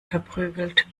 verprügelt